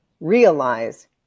realize